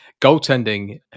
goaltending